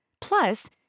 Plus